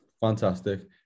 Fantastic